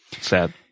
Sad